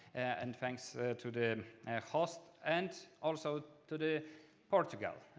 and thanks to the host and also to the portugal,